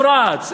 אם מדינות המפרץ,